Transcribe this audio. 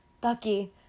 Bucky